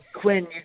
quinn